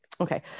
okay